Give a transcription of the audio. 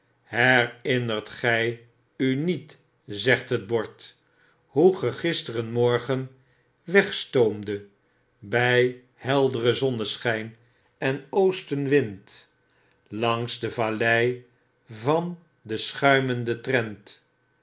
herinnert gij u niet zegt het bord hoe ge gisteren morgen weg stoomdet by helderen zonneschjjn en oostenwind langs de valleivan de schuimende trent